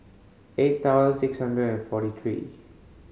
eight thousand six hundred and forty three